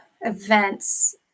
events